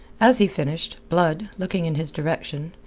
as he finished, blood, looking in his direction,